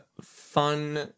fun